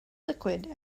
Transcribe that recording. liquid